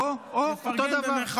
אוה, אוה, אותו דבר.